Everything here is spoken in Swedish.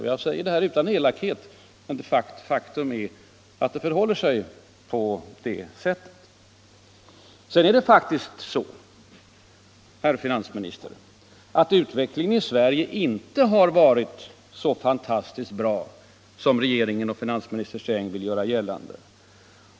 Jag säger det här utan elakhet, men faktum är att det förhåller sig på det sättet. Sedan är det faktiskt så, herr finansminister, att utvecklingen i Sverige inte varit så fantastiskt bra som regeringen och finansminister Sträng vill göra gällande.